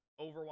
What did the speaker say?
overwatch